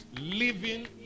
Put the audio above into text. living